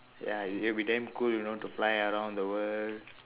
ya it will be damn cool you know to fly around the world